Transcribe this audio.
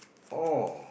oh